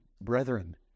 brethren